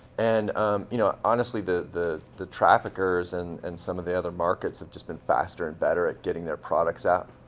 and um you know honestly, the the traffickers and and some of the other markets have just been faster and better at getting their products out,